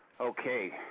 Okay